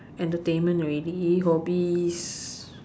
entertainment already hobbies